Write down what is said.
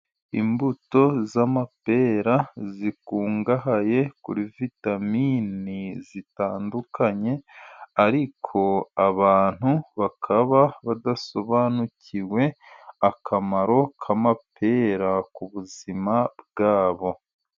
Imbuto z'amapera zikungahaye kuri vitamin zitandukanye, ariko abantu bakaba badasobanukiwe akamaro k'amapera ku buzima bwabo.